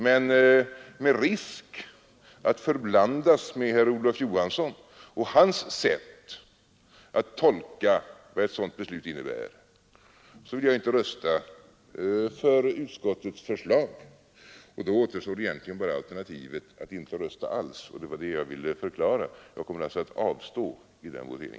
Men med risk att förblandas med herr Olof Johansson och hans sätt att tolka vad ett sådant beslut innebär vill jag avstå från att rösta för utskottets förslag. Då återstår egentligen bara alternativet att inte rösta alls, och det var det jag ville förklara. Jag kommer alltså att avstå vid en votering.